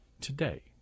today